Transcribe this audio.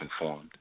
informed